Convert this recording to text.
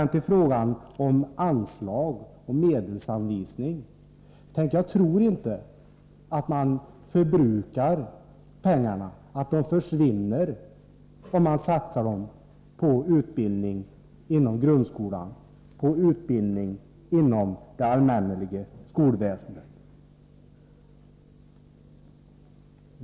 Vad gäller frågan om anslag och medelsanvisning tror jag inte att pengar som satsas på utbildning inom grundskolan och inom det allmänna skolväsendet i övrigt går till spillo.